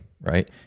right